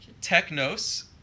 technos